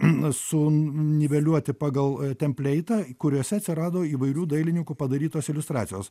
na su niveliuoti pagal templeitą kuriuose atsirado įvairių dailininkų padarytos iliustracijos